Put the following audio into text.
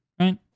Right